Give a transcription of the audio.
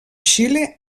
xile